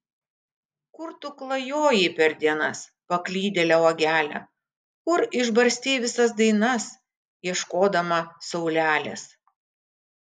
kur tu klajojai per dienas paklydėle uogele kur išbarstei visas dainas ieškodama saulelės